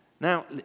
Now